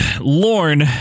lorne